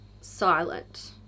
silent